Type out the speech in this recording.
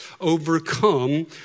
overcome